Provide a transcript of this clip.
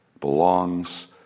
belongs